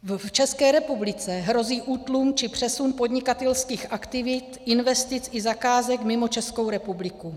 V České republice hrozí útlum či přesun podnikatelských aktivit, investic i zakázek mimo Českou republiku.